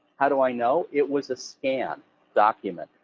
how do i know? it was a scanned document.